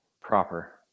Proper